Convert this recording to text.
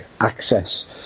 access